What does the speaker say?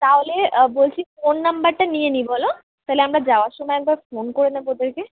তাওলে বলছি ফোন নম্বরটা নিয়ে নিই বলো তালে আমরা যাওয়ার সময় একবার ফোন করে নেবো ওদেরকে